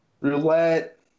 Roulette